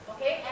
Okay